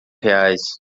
reais